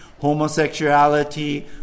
Homosexuality